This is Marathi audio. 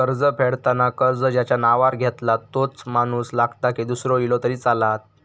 कर्ज फेडताना कर्ज ज्याच्या नावावर घेतला तोच माणूस लागता की दूसरो इलो तरी चलात?